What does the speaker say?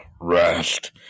rest